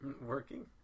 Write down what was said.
Working